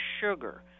sugar